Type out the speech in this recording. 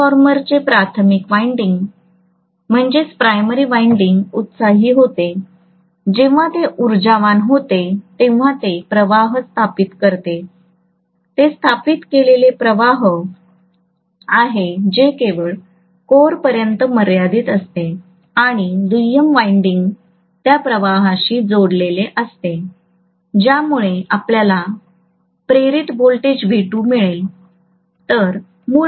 transformer चे प्राथमिक winding उत्साही होते जेव्हा ते ऊर्जावान होते तेव्हा ते प्रवाह स्थापित करते ते स्थापित केलेले प्रवाह आहे जे केवळ कोरपर्यंतच मर्यादीत असते आणि दुय्यम वाइंडिंग त्या प्रवाहाशी जोडलेले असते ज्यामुळे आपल्याला प्रेरित व्होल्टेज V2 मिळेल